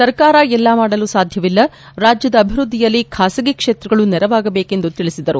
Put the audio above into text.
ಸರ್ಕಾರ ಎಲ್ಲ ಮಾಡಲು ಸಾಧ್ಯವಿಲ್ಲ ರಾಜ್ಯದ ಅಭಿವೃದ್ಧಿಯಲ್ಲಿ ಖಾಸಗಿ ಕ್ಷೇತ್ರಗಳು ನೆರವಾಗಬೇಕು ಎಂದು ತಿಳಿಸಿದರು